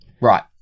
Right